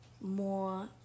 more